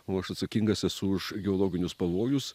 o aš atsakingas esu už geologinius pavojus